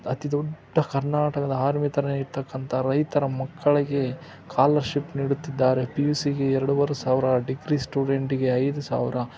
ಅತಿ ದೊಡ್ಡ ಕರ್ನಾಟಕದ ಆರ್ಮಿ ಥರ ಇರತಕ್ಕಂಥ ರೈತರ ಮಕ್ಕಳಿಗೆ ಕಾಲರ್ಶಿಪ್ ನೀಡುತ್ತಿದ್ದಾರೆ ಪಿ ಯು ಸಿಗೆ ಎರಡೂವರೆ ಸಾವಿರ ಡಿಗ್ರಿ ಸ್ಟೂಡೆಂಟ್ಗೆ ಐದು ಸಾವಿರ